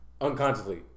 Unconsciously